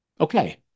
Okay